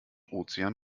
ozean